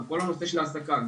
כל הנושא של העסקה,